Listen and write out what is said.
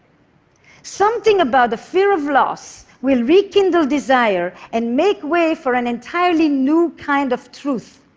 something about the fear of loss will rekindle desire, and make way for an entirely new kind of truth.